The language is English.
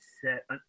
set –